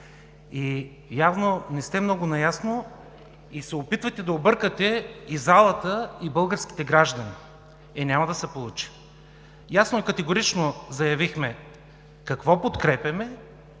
Явно не сте много наясно и се опитвате да объркате и залата, и българските граждани. Е, няма да се получи! Ясно и категорично заявихме какво подкрепяме,